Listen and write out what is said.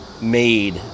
made